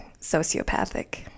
sociopathic